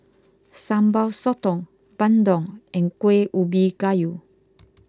Sambal Sotong Bandung and Kuih Ubi Kayu